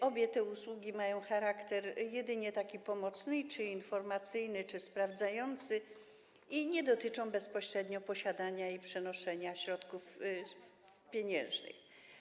Obie te usługi mają charakter jedynie pomocniczy, informacyjny czy sprawdzający i nie dotyczą bezpośrednio posiadania oraz przenoszenia środków pieniężnych.